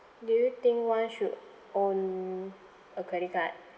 do you think one should own a credit card